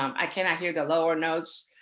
i cannot hear the lower notes.